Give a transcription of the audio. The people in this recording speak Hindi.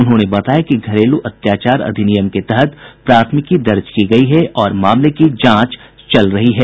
उन्होंने बताया कि घरेलू अत्याचार अधिनियम के तहत प्राथमिकी दर्ज की गयी है और मामले की जांच चल रही है